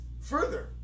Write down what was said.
further